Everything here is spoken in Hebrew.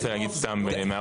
אני לא רוצה להגיד סתם מהראש.